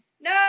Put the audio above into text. No